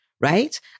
right